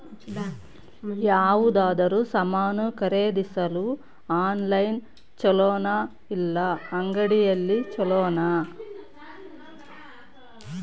ಯಾವುದಾದರೂ ಸಾಮಾನು ಖರೇದಿಸಲು ಆನ್ಲೈನ್ ಛೊಲೊನಾ ಇಲ್ಲ ಅಂಗಡಿಯಲ್ಲಿ ಛೊಲೊನಾ?